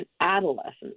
adolescents